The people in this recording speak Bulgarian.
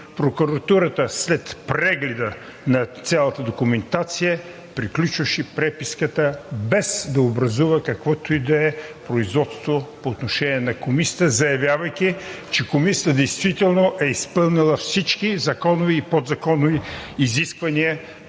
прокуратурата след преглед на цялата документация приключваше преписката, без да образува каквото и да е производство по отношение на Комисията, заявявайки, че Комисията действително е изпълнила всички законови и подзаконови изисквания